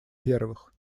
первых